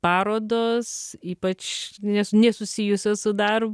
parodos ypač nes nesusijusios su darb